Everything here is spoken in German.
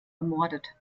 ermordet